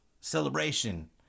celebration